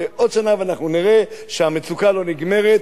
ונראה שהמצוקה לא נגמרת,